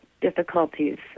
difficulties